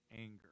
anger